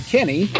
Kenny